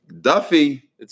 Duffy